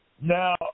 Now